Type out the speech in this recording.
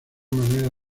manera